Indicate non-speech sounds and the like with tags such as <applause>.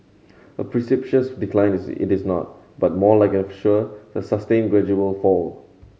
a <unintelligible> decline is it is not but more like a sure the sustained gradual fall